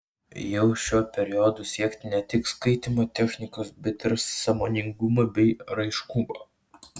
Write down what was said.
jau šiuo periodu siekti ne tik skaitymo technikos bet ir sąmoningumo bei raiškumo